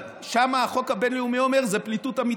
שם החוק הבין-לאומי אומר שזו פליטות אמיתית,